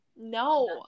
No